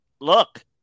look